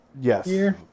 Yes